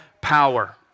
power